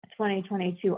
2022